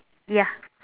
ya